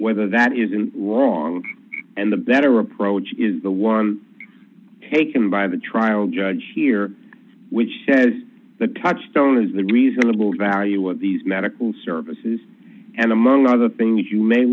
whether that is in law and the better approach is the one taken by the trial judge here which says the touchstone is the reasonable value of these medical services and among other things you may